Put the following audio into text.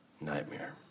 nightmare